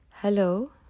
Hello